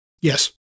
Yes